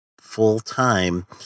full-time